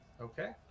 Okay